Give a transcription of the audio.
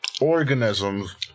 organisms